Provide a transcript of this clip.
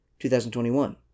2021